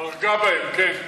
הרגה בהם, כן.